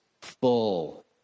full